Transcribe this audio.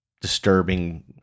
disturbing